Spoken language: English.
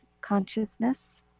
consciousness